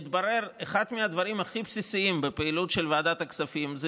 אחד מהדברים הכי בסיסיים בפעילות של ועדת הכספים זה